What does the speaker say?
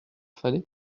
fallait